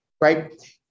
right